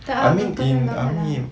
tak ah